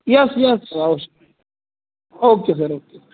yes yes sir अवश्य okay sir okay